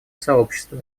сообщества